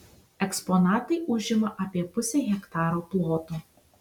eksponatai užima apie pusę hektaro ploto